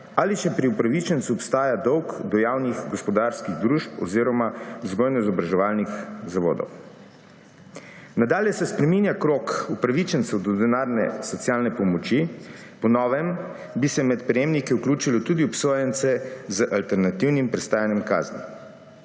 ali če pri upravičencu obstaja dolg do javnih gospodarskih družb oziroma vzgojno-izobraževalnih zavodov. Nadalje se spreminja krog upravičencev do denarne socialne pomoči. Po novem bi se med prejemnike vključilo tudi obsojence z alternativnim prestajanjem kazni.